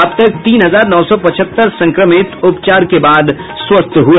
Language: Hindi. अब तक तीन हजार नौ सौ पचहत्तर संक्रमित उपचार के बाद स्वस्थ हुए